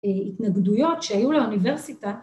‫התנגדויות שהיו לאוניברסיטה.